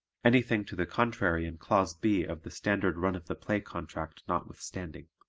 anything to the contrary in clause b of the standard run of the play contract notwithstanding.